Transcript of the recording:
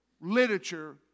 literature